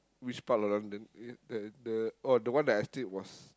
which part of London uh uh the oh the one that I stayed was